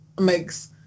makes